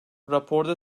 raporda